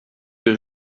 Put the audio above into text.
que